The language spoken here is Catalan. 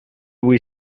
vuit